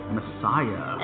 Messiah